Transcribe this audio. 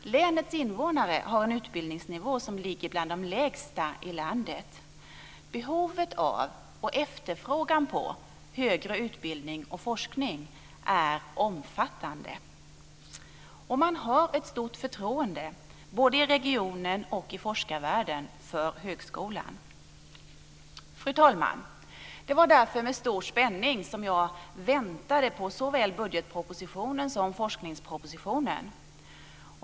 Länets invånare har en utbildningsnivå som ligger bland de lägsta i landet, och behovet av och efterfrågan på högre utbildning och forskning är omfattande. Man har både i regionen och i forskarvärlden ett stort förtroende för högskolan. Fru talman! Det var därför med stor spänning jag väntade på såväl budgetpropositionen som forskningspropositionen.